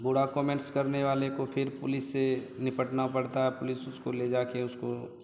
बुरा कोमेंट्स करने वाले को फिर पुलिस से निपटना पड़ता है पुलिस उसको ले जाकर उसको